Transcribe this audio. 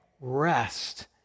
rest